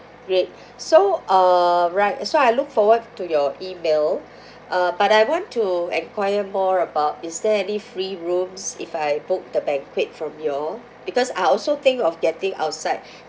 great so uh right uh so I look forward to your email uh but I want to enquire more about is there any free rooms if I book the banquet from you all because I also think of getting outside